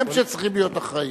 הם שצריכים להיות אחראיים.